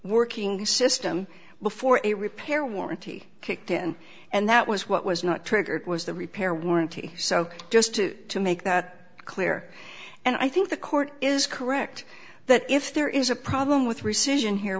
working system before a repair warranty kicked in and that was what was not triggered was the repair warranty so just to to make that clear and i think the court is correct that if there is a problem with rescission here